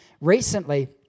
recently